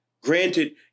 Granted